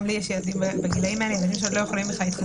גם לי יש ילדים בגילים האלה והם עדיין לא יכולים להתחסן.